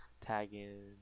tagging